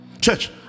Church